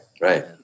right